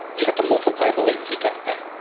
you have to multiply the latency times that.